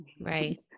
Right